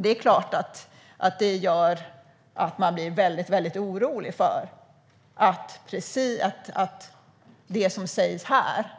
Det är klart att det gör att man blir väldigt orolig för att det som sägs här